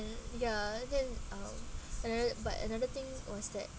mm ya then uh another but another thing was that